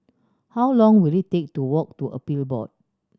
how long will it take to walk to Appeal Board